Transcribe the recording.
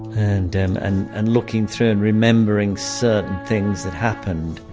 and and and and looking through and remembering certain things that happened.